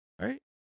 Right